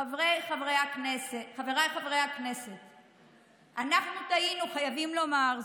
חבריי חברי הכנסת, אנחנו טעינו, חייבים לומר זאת,